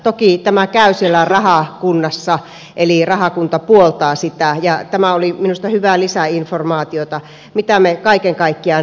toki tämä käy siellä rahakunnassa eli rahakunta puoltaa sitä ja tämä oli minusta hyvää lisäinformaatiota mitä me kaiken kaikkiaan saimme